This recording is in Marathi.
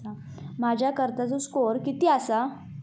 माझ्या कर्जाचो स्कोअर किती आसा?